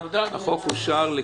אין הרביזיה לא אושרה.